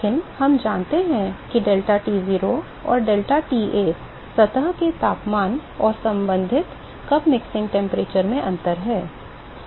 लेकिन हम जानते हैं कि deltaT0 और deltaTa सतह के तापमान और संबंधित कप मिश्रण तापमान में अंतर हैं